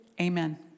Amen